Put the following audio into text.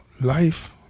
life